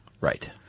Right